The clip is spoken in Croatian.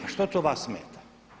A što to vas smeta?